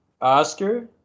Oscar